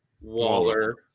Waller